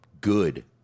good